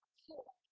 so,